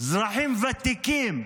אזרחים ותיקים,